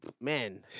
man